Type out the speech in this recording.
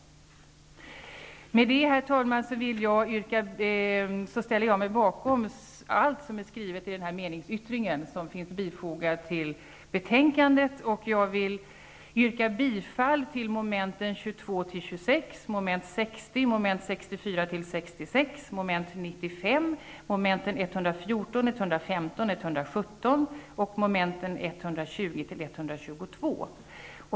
Med det, herr talman, ställer jag mig bakom allt som är skrivet i den meningsyttring som är fogad till betänkandet. Jag vill yrka bifall till mom. 22--26, 60, 64--66, 95, 114, 115, 117 och 120--122.